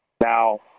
Now